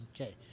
Okay